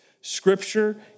Scripture